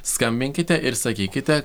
skambinkite ir sakykite